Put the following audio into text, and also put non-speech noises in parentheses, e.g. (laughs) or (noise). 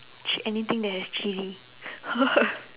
chi~ anything that has chili (laughs)